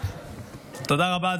תודה רבה.